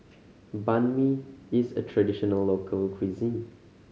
Banh Mi is a traditional local cuisine